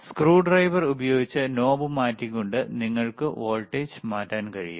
screwdriver ഉപയോഗിച്ച് knob മാറ്റിക്കൊണ്ട് നിങ്ങൾക്ക് വോൾട്ടേജ് മാറ്റാൻ കഴിയും